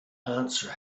answer